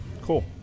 Cool